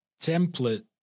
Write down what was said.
template